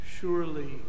Surely